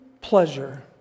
pleasure